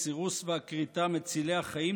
הסירוס והכריתה מצילי החיים,